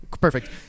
Perfect